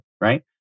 right